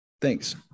Thanks